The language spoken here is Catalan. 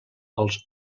els